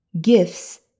Gifts